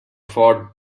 ford